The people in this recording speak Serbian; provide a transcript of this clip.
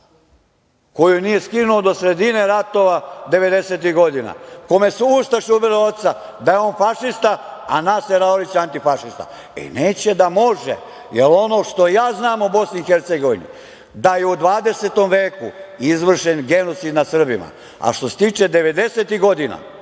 koju nije skinuo do sredine ratova devedesetih godina, kome su ustaše ubile oca, da je on fašista, a Naser Orlić antifašista. Neće da može, jer ono što ja znam o Bosni i Hercegovini je da je u 20. veku izvršen genocid nad Srbima. Što se tiče devedesetih godina